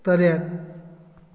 ꯇꯔꯦꯠ